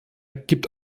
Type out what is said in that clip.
gibt